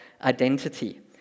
identity